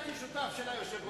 הייתי שותף של היושב-ראש,